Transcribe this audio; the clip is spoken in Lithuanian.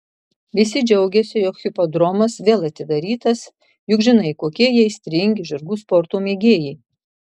visi džiaugiasi jog hipodromas vėl atidarytas juk žinai kokie jie aistringi žirgų sporto mėgėjai